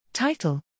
Title